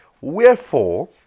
wherefore